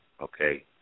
Okay